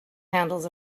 handles